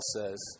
says